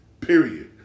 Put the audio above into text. Period